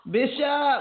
Bishop